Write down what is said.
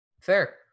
fair